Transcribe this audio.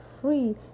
free